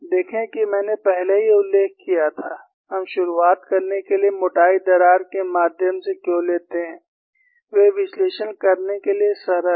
देखें कि मैंने पहले ही उल्लेख किया था हम शुरुआत करने के लिए मोटाई दरार के माध्यम से क्यों लेते हैं वे विश्लेषण करने के लिए सरल हैं